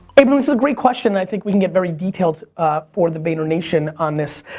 i mean this is a great question. i think we can get very detailed um for the vaynernation on this.